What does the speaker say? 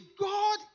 God